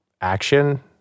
action